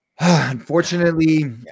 unfortunately